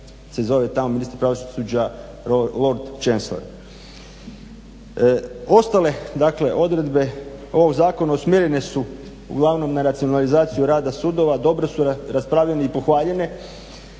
se zove tamo ministar pravosuđa lord …. Ostale dakle odredbe ovog zakona usmjerene su uglavnom na racionalizaciju rada sudova, dobro su raspravljene i pohvaljene